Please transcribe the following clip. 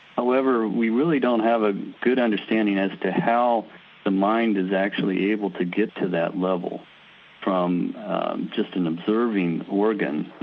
however we really don't have a good understanding as to how the mind is actually able to get to that level from just an observing organ